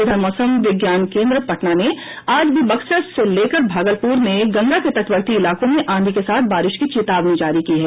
इधर मौसम विज्ञान केंद्र पटना ने आज भी बक्सर से लेकर भागलपुर में गंगा के तटवर्ती इलाकों में आंधी के साथ बारिश की चेतावनी जारी की है